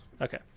Okay